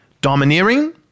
Domineering